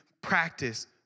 practice